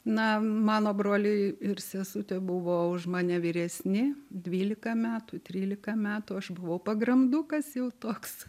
na mano broliai ir sesutė buvo už mane vyresni dvylika metų trylika metų aš buvau pagrandukas jau toks